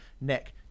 neck